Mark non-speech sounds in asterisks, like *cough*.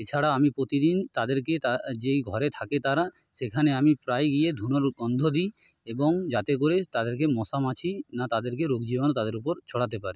এছাড়া আমি প্রতিদিন তাদেরকে তা *unintelligible* যেই ঘরে থাকে তারা সেখানে আমি প্রায়ই গিয়ে ধুনোর গন্ধ দিই এবং যাতে করে তাদেরকে মশা মাছি না তাদেরকে রোগ জীবাণু তাদের উপর ছড়াতে পারে